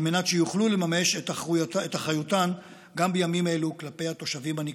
על מנת שיוכלו לממש את אחריותן גם בימים אלו כלפי התושבים הנקלטים.